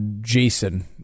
Jason